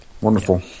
Wonderful